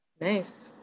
Nice